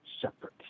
separate